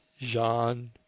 Jean